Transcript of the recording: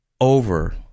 over